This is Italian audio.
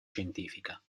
scientifica